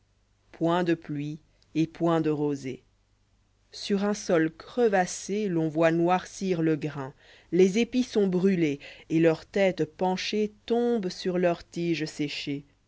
point de pluie et point de rosée sur un sol crevassé l'on voitnoircir le grain les épis sont brûléset leurs têtes penchées tombent sur leurs tiges sécliées